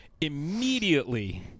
immediately